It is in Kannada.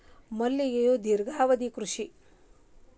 ಮಲ್ಲಿಗೆಯು ದೇರ್ಘಾವಧಿಯ ಕೃಷಿ